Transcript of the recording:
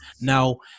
Now